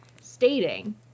stating